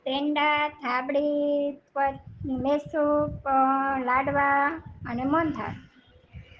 પેંડા થાબડી પર મૈસુર લાડવા અને મોહનથાળ